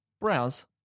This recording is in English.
browse